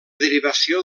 derivació